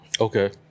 Okay